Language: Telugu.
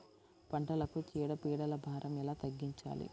పంటలకు చీడ పీడల భారం ఎలా తగ్గించాలి?